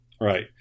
right